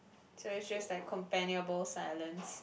so is just like companionable silence